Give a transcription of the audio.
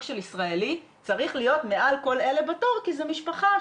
של ישראלי צריך להיות מעל כל אלה בתור כי זו משפחה,